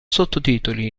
sottotitoli